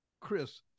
Chris